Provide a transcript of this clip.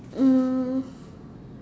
um